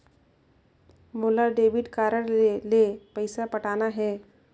मोला debit card ले पइसा पटाना हे?